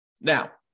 Now